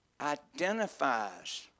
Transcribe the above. identifies